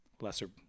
lesser